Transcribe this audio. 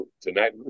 Tonight